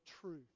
truth